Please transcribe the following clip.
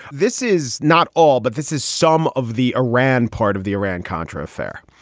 this is not all, but this is some of the iran part of the iran contra affair.